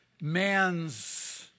man's